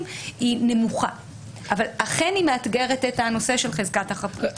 היא נמוכה אבל אכן היא מאתגרת את הנושא של חזקת החפות.